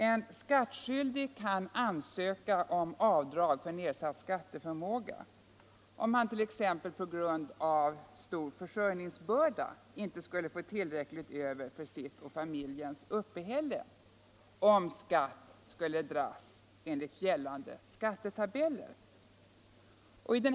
En skattskyldig kan ansöka om avdrag för nedsatt skatteförmåga om han, t.ex. på grund av stor försörjningsbörda, inte skulle få tillräckligt över för sitt och familjens uppehälle om skatt drogs enligt gällande skattetabeller.